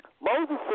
Moses